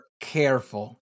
careful